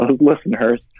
listeners